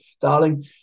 Darling